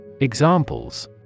Examples